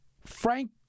Frank